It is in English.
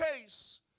case